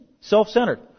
Self-centered